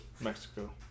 Mexico